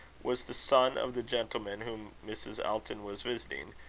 was the son of the gentleman whom mrs. elton was visiting,